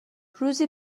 روزی